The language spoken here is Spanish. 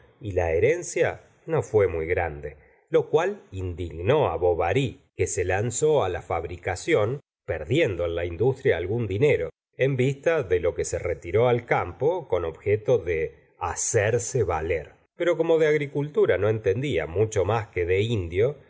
y la herencia no fué muy grande lo cual indignó á bovary que se lanzó la fabricación perdiendo en la industria algún dinero en vista de lo que se retiró al campo con objeto de hacerse valer pero como de agricultura no entendía mucho más que de indio